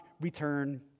return